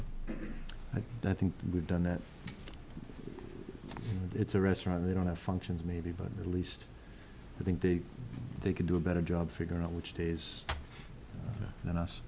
that i think we've done that it's a restaurant they don't have functions maybe but at least i think they they can do a better job figure out which days and us